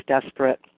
desperate